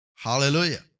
Hallelujah